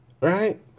right